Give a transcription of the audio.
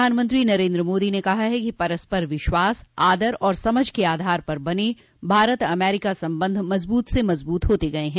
प्रधानमंत्री नरेन्द्र मोदी ने कहा है कि परस्पर विश्वास आदर और समझ के आधार पर बने भारत अमरीका संबंध मजबूत से मजबूत होते गये हैं